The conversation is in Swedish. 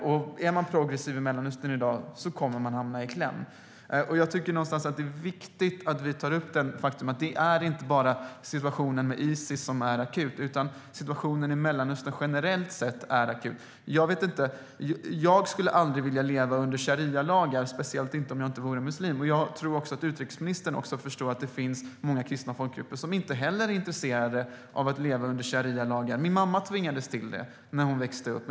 Och är man progressiv i Mellanöstern i dag kommer man att hamna i kläm. Jag tycker att det är viktigt att vi tar upp det faktum att det inte bara är situationen med Isis som är akut, utan situationen i Mellanöstern generellt sett är akut. Jag skulle aldrig vilja leva under sharialagar, speciellt inte om jag inte vore muslim. Jag tror att utrikesministern också förstår att det finns många kristna folkgrupper som inte är intresserade av att leva under sharialagar. Min mamma tvingades till det när hon växte upp.